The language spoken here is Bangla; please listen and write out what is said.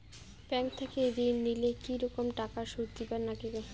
ব্যাংক থাকি ঋণ নিলে কি রকম টাকা সুদ দিবার নাগিবে?